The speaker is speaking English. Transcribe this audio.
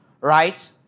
right